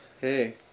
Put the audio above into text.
Hey